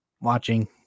watching